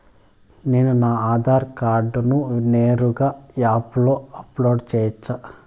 నేను నా ఆధార్ కార్డును నేరుగా యాప్ లో అప్లోడ్ సేయొచ్చా?